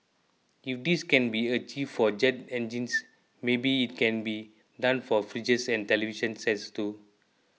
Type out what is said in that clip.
if this can be achieved for jet engines maybe it can be done for fridges and television sets too